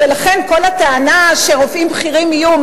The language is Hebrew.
ולכן כל הטענה שרופאים בכירים יהיו,